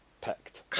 picked